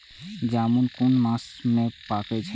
जामून कुन मास में पाके छै?